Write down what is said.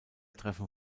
treffen